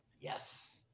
Yes